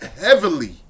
heavily